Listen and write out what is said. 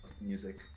Music